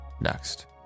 next